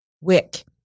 wick